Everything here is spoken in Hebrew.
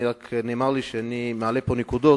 נאמר לי שאני מעלה פה נקודות,